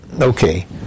okay